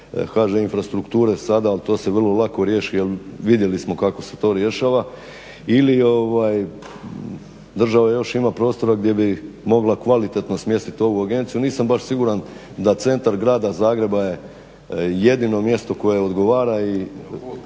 hž infrastrukture sada ali to se vrlo lako riješi jer vidjeli smo kako se to rješava ili ovaj država još ima prostora gdje bi mogla smjestiti ovu agenciju. Nisam baš siguran da centar grada Zagreba je jedino mjesto koje odgovara